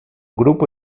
grupo